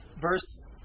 verse